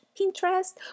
Pinterest